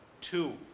Two